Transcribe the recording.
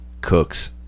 cooks